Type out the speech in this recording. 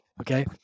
okay